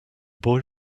boy